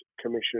Commission